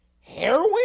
Heroin